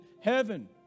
heaven